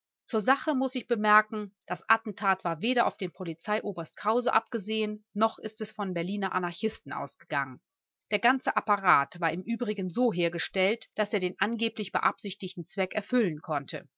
zur sache muß ich bemerken das attentat war weder auf den polizeioberst krause abgesehen noch ist es von berliner anarchisten ausgegangen der ganze apparat war im übrigen so hergestellt daß er den angeblich beabsichtigten zweck erfüllen konnte